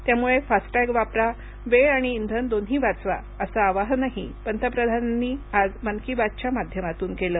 त्यामुळे फास्टॅग वापरा वेळ आणि इंधन दोन्ही वाचवा असं आवाहनही पंतप्रधानांनी आज मन की बात च्या माध्यमातून केलं